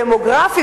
דמוגרפי,